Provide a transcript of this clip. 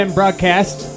broadcast